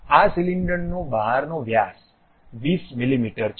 આ સિલિન્ડરનો બહારનો વ્યાસ 20 મીમી છે